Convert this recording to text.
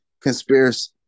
conspiracy